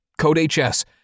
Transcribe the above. CodeHS